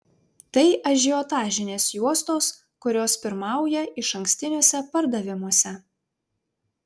tai ažiotažinės juostos kurios pirmauja išankstiniuose pardavimuose